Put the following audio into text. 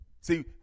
see